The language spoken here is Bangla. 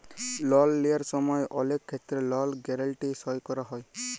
লল লিয়ার সময় অলেক ক্ষেত্রে লল গ্যারাল্টি সই ক্যরা হ্যয়